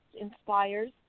inspires